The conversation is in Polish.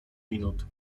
minut